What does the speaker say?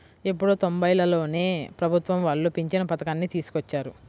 ఎప్పుడో తొంబైలలోనే ప్రభుత్వం వాళ్ళు పింఛను పథకాన్ని తీసుకొచ్చారు